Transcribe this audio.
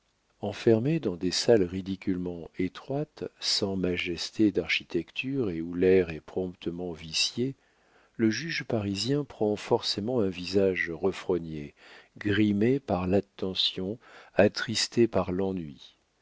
enfermé dans des salles ridiculement étroites sans majesté d'architecture et où l'air est promptement vicié le juge parisien prend forcément un visage refrogné grimé par l'attention attristé par l'ennui